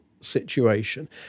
situation